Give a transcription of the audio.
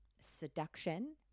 seduction